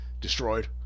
destroyed